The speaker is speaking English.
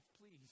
please